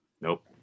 Nope